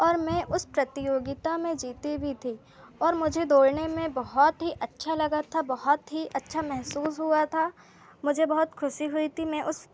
और मैं उस प्रतियोगिता में जीती भी थी और मुझे दौड़ने में अच्छा लगा था बहुत ही अच्छा महसूस हुआ था मुझे बहुत ख़ुशी हुई थी मैं उस